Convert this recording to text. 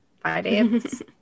finance